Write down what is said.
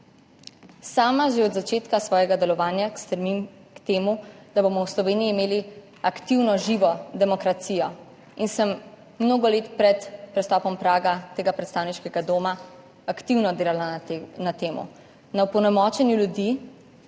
Sama že od začetka svojega delovanja stremim k temu, da bomo v Sloveniji imeli aktivno, živo demokracijo. In sem mnogo let pred prestopom praga tega predstavniškega doma aktivno delala na temo, na opolnomočenju ljudi,